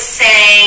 say